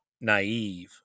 naive